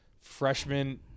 freshman